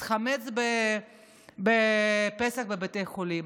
אז חמץ בפסח בבתי חולים.